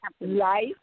Life